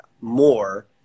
more